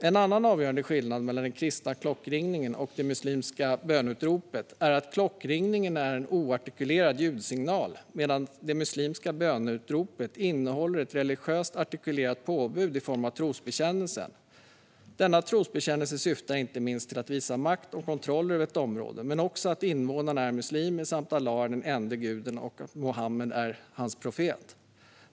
En annan avgörande skillnad mellan den kristna klockringningen och det muslimska böneutropet är att klockringningen är en oartikulerad ljudsignal medan det muslimska böneutropet innehåller ett religiöst artikulerat påbud i form av trosbekännelsen. Denna trosbekännelse syftar inte minst till att visa makt och kontroll över ett område. Men det handlar också om att invånarna är muslimer samt om att Allah är den ende guden och att Muhammed är hans profet.